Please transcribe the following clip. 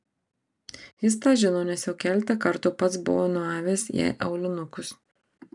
jis tą žino nes jau keletą kartų pats buvo nuavęs jai aulinukus